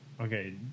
Okay